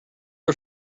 are